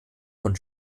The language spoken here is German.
von